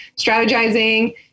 strategizing